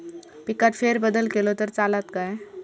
पिकात फेरबदल केलो तर चालत काय?